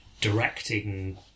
directing